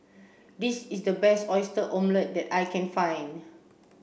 this is the best oyster omelette that I can find